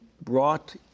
brought